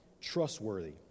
trustworthy